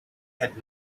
had